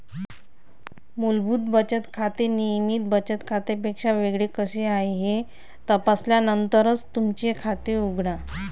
मूलभूत बचत खाते नियमित बचत खात्यापेक्षा वेगळे कसे आहे हे तपासल्यानंतरच तुमचे खाते उघडा